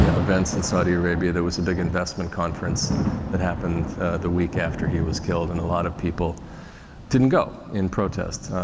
events in saudi arabia. there was a big investment conference that happened the week after he was killed, and a lot of people didn't go in protest.